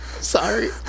sorry